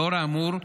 לאור האמור,